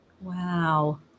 Wow